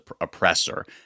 oppressor